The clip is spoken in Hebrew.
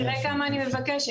תראה כמה אני מבקשת.